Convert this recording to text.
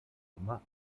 immer